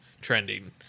trending